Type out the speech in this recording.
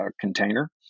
container